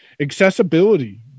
Accessibility